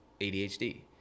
ADHD